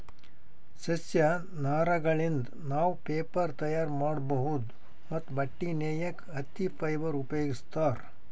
ಸಸ್ಯ ನಾರಗಳಿಂದ್ ನಾವ್ ಪೇಪರ್ ತಯಾರ್ ಮಾಡ್ಬಹುದ್ ಮತ್ತ್ ಬಟ್ಟಿ ನೇಯಕ್ ಹತ್ತಿ ಫೈಬರ್ ಉಪಯೋಗಿಸ್ತಾರ್